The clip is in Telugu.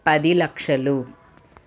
పది లక్షలు